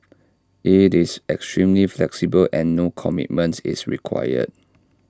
IT is extremely flexible and no commitment is required